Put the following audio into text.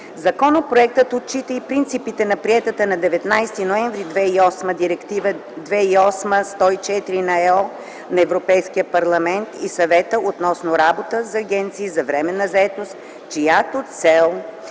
Законопроектът отчита и принципите на приетата на 19 ноември 2008 г. Директива 2008/104/ЕО на Европейския парламент и Съвета относно работата чрез агенции за временна заетост, чиято цел